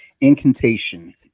Incantation